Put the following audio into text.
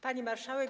Pani Marszałek!